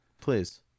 Please